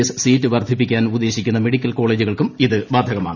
S seat വർദ്ധിപ്പിക്കാൻ ഉദ്ദേശിക്കുന്ന medical കോളേജുകൾക്കും ഇത് ബാധകമാണ്